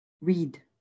Read